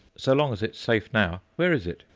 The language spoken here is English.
so long as it's safe now. where is it?